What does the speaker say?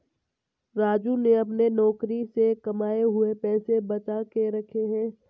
राजू ने अपने नौकरी से कमाए हुए पैसे बचा के रखे हैं